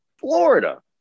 Florida